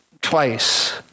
twice